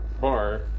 bar